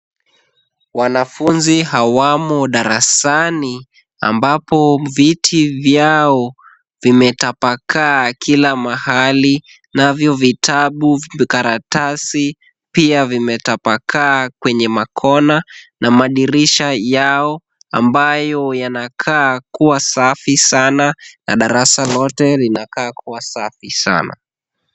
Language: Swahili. Wanafunzi hawamo darasani, ambapo viti vyao vimetapakaa kila mahali, navyo vitabu na karatasi pia vimetapakaa kwenye makona na madirisha yao ambayo yanakaa kuwa safi sana na darasa lote linakaa kuwa safi sana.